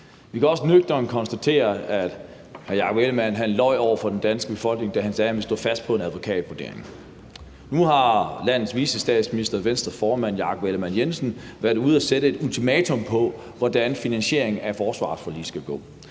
Vi kan også nøgternt konstatere, at hr. Jakob Ellemann-Jensen løj over for den danske befolkning, da han sagde, at han ville stå fast på en advokatvurdering. Nu har landets vicestatsminister, Venstres formand, Jakob Ellemann-Jensen, været ude at sætte et ultimatum på, hvordan finansieringen af forsvarsforliget skal